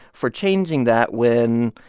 for changing that when,